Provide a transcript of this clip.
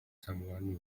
someone